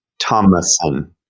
Thomason